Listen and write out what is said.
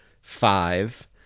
five